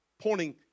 pointing